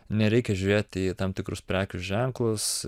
nereikia žiūrėti į tam tikrus prekių ženklus